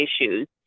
issues